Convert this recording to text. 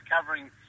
covering